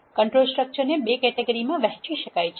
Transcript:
control structure ને 2 કેટેગરીમાં વહેંચી શકાય છે